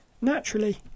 naturally